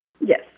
Yes